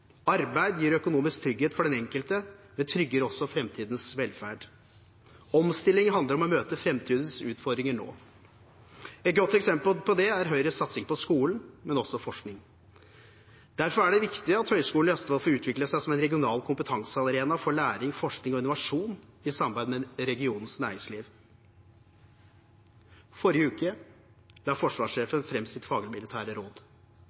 Arbeid gir økonomisk trygghet for den enkelte, men trygger også framtidens velferd. Omstilling handler om å møte framtidens utfordringer nå. Et godt eksempel på det er Høyres satsing på skolen og også forskning. Derfor er det viktig at Høgskolen i Østfold får utvikle seg som en regional kompetansearena for læring, forskning og innovasjon i samarbeid med regionens næringsliv. Forrige uke la forsvarssjefen fram sine fagmilitære råd.